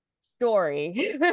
story